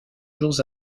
jours